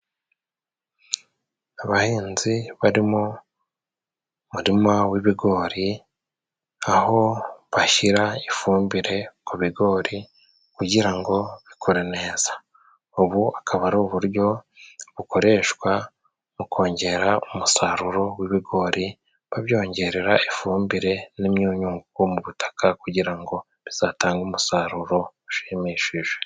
Abahinzi bari mu umuririma w'ibigori aho bashyira ifumbire ku bigori kugirango bikure neza. ubu akaba ari uburyo bukoreshwa mu kongera umusaruro w'ibigori, babyongerera ifumbire n'imyunyungugu mu butaka kugira ngo bizatange umusaruro ushimishije.